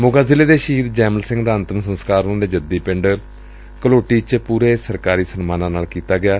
ਮੋਗਾ ਜ਼ਿਲ੍ਹੇ ਦੇ ਸ਼ਹੀਦ ਜੈਮਲ ਸਿੰਘ ਦਾ ਅੰਤਮ ਸੰਸਕਾਰ ਉਨੂਾਂ ਦੇ ਜੱਦੀ ਪਿੰਡ ਘੋਲਟੀ ਚ ਪੂਰੇ ਸਰਕਾਰੀ ਸਨਮਾਨਾ ਨਾਲ ਕਰ ਦਿੱਤਾ ਗਿਐ